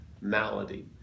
malady